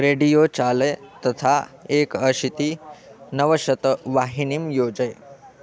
radio चालय तथा एकम् अशीति नवशत वाहिणीं योजय